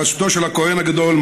בראשותו של הכהן הגדול,